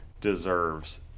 deserves